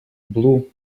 blew